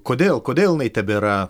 kodėl kodėl jinai tebėra